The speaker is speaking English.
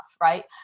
right